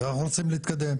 אנחנו רוצים להתקדם.